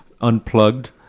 unplugged